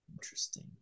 interesting